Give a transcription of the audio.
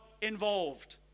involved